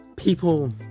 People